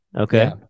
Okay